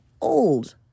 old